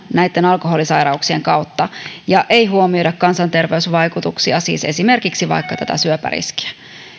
näitten alkoholisairauksien kautta ja ei huomioida kansanterveysvaikutuksia siis esimerkiksi vaikka syöpäriskiä